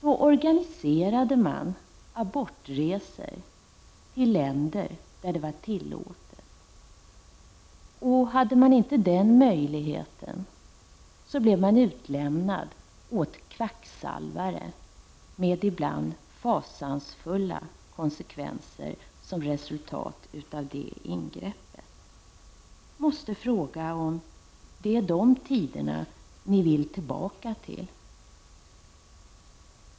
Då organiserades abortresor till länder där det var tillåtet. Hade man inte den möjligheten så blev man utlämnad åt kvacksalvare med ibland fasansfulla konsekvenser som resultat av ingreppet. Är det dessa tider ni vill gå tillbaka till?